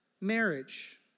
marriage